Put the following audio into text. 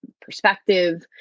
perspective